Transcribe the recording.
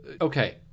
okay